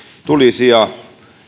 tulisija